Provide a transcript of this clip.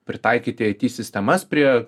pritaikyti sistemas prie